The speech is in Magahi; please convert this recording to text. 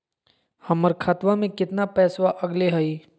हमर खतवा में कितना पैसवा अगले हई?